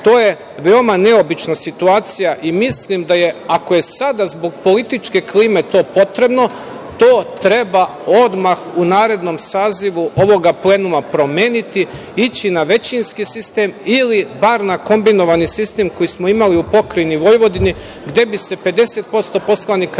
To je veoma neobična situacija i mislim da je, ako je sada zbog političke klime to potrebno, to treba odmah u narednom sazivu ovog plenuma promeniti, ići na većinski sistem ili bar na kombinovani sistem koji smo imali u pokrajini Vojvodini gde bi se 50% poslanika